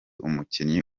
umukinnyi